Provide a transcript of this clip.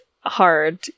Hard